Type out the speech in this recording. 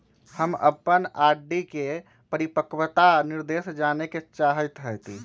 हम अपन आर.डी के परिपक्वता निर्देश जाने के चाहईत हती